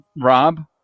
Rob